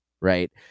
right